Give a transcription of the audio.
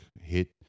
hit